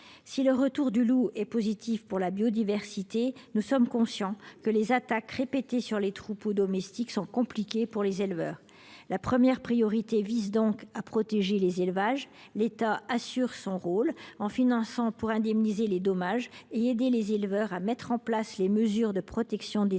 Si le retour du loup est positif pour la biodiversité, nous sommes conscients que les attaques répétées contre les troupeaux domestiques sont compliquées pour les éleveurs. La priorité est donc de protéger les élevages. L’État joue son rôle pour indemniser les dommages et aider les éleveurs à mettre en place les mesures de protection des troupeaux